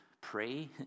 pray